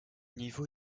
niveau